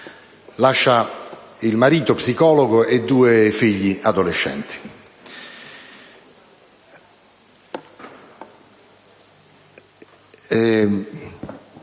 Lascia il marito psicologo e due figli adolescenti.